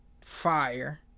Fire